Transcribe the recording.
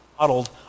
modeled